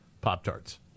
Pop-Tarts